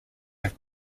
have